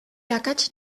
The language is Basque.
akats